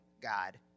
God